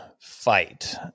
fight